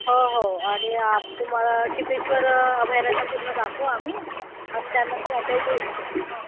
हो हो आणि आप तुम्हाला टिपेश्वर अभयारण्य पूर्ण दाखवू आम्ही आणि त्यानंतर आपल्या इथे हां